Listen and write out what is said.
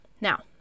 Now